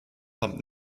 kommt